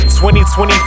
20-20